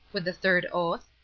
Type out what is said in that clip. with a third oath,